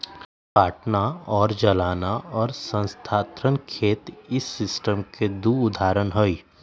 काटना और जलाना और स्थानांतरण खेत इस सिस्टम के दु उदाहरण हई